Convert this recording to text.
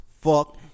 fuck